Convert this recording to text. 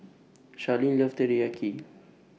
Sharlene loves Teriyaki